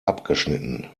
abgeschnitten